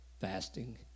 fasting